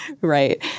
Right